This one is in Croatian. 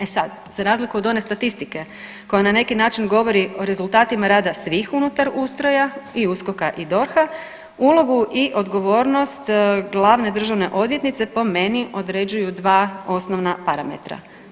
E sad, za razliku od one statistike koja na neki način govori o rezultatima rada svih unutar ustroja i USKOK-a i DORH-a, ulogu i odgovornost glavne državne odvjetnice po meni određuju dva osnovna parametra.